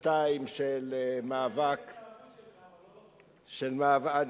שנתיים של מאבק ההתלהבות שלך, אבל לא מהחוק הזה.